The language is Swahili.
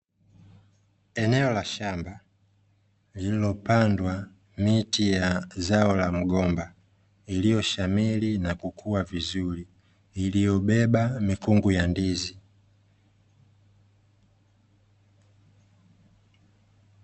Eneo la shamba lililopandwa miti ya zao la mgomba, iliyoshamiri na kukua vizuri, iliyobeba mikungu ya ndizi.